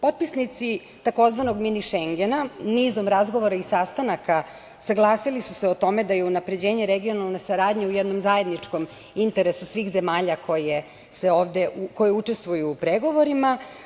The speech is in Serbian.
Potpisnici tzv. mini Šengena nizom razgovora i sastanaka saglasili su se o tome da je unapređenje regionalne saradnje u jednom zajedničkom interesu svih zemalja koje učestvuju u pregovorima.